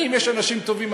אם יש אנשים טובים,